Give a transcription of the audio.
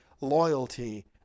loyalty